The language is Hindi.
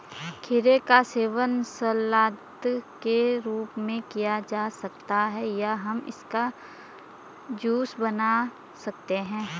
खीरे का सेवन सलाद के रूप में किया जा सकता है या हम इसका जूस बना सकते हैं